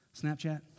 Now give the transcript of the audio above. Snapchat